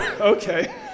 Okay